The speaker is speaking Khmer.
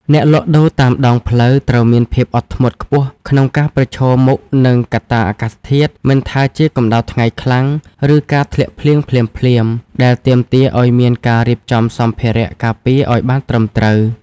អ្នកលក់ដូរតាមដងផ្លូវត្រូវមានភាពអត់ធ្មត់ខ្ពស់ក្នុងការប្រឈមមុខនឹងកត្តាអាកាសធាតុ មិនថាជាកម្ដៅថ្ងៃខ្លាំង ឬការធ្លាក់ភ្លៀងភ្លាមៗ ដែលទាមទារឱ្យមានការរៀបចំសម្ភារៈការពារឱ្យបានត្រឹមត្រូវ។